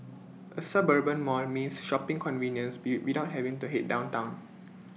A suburban mall means shopping convenience be without having to Head downtown